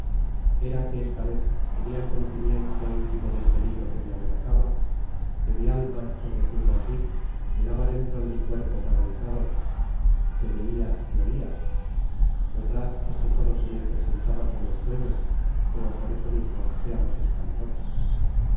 era que esta vez tenia el conocimiento intimo del peligro que me amenazaba que mi alma por decirlo asi velaba dentro de mi cuerpo paralizado que veia y oia verdad es que todo se me presentaba como en sueños pero por eso mismo era mas espantoso